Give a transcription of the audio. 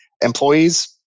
employees